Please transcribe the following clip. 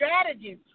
strategies